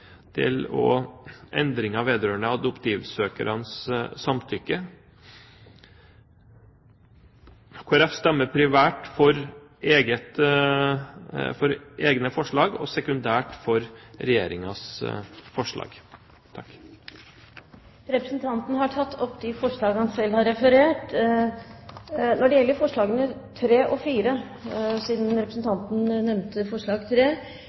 og endringer vedrørende adoptivsøkernes samtykke. Kristelig Folkeparti stemmer primært for egne forslag og sekundært for Regjeringens forslag. Representanten Øyvind Håbrekke har tatt opp de forslag han refererte til. Når det gjelder forslagene nr. 3 og 4 – siden representanten nevnte forslag